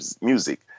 Music